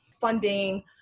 funding